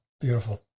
Beautiful